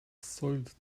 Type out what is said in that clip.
soiled